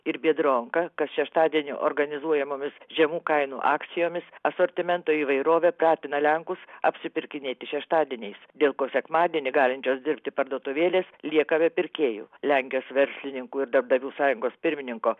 ir biedronka kas šeštadienį organizuojamomis žemų kainų akcijomis asortimento įvairovė pratina lenkus apsipirkinėti šeštadieniais dėl ko sekmadienį galinčios dirbti parduotuvėlės lieka be pirkėjų lenkijos verslininkų ir darbdavių sąjungos pirmininko